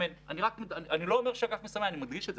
על חשבון רכש אימונים וכדו'" את זה